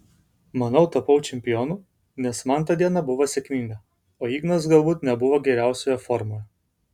manau tapau čempionu nes man ta diena buvo sėkminga o ignas galbūt nebuvo geriausioje formoje